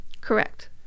Correct